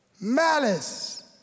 malice